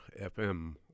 FM